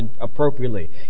appropriately